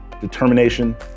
determination